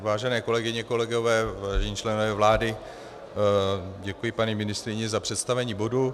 Vážené kolegyně, kolegové, vážení členové vlády, děkuji paní ministryni za představení bodu.